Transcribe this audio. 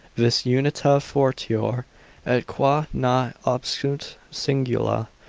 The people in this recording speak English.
vis unita fortior et quae non obsunt singula,